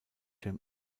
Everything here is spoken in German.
cem